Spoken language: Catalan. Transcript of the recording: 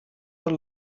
tot